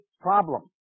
problem